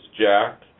Jack